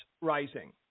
rising